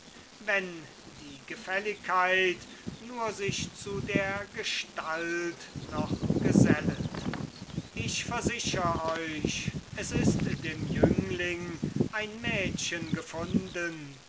wenn die gefälligkeit nur sich zu der gestalt noch gesellet ich versichr euch es ist dem jüngling ein mädchen gefunden